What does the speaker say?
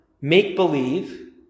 make-believe